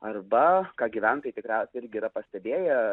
arba ką gyventojai tikriausiai irgi yra pastebėję